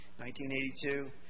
1982